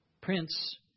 Prince